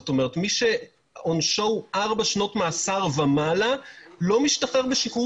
זאת אומרת מי שעונשו הוא ארבע שנות מאסר ומעלה לא משתחרר בשחרור